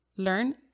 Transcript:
Learn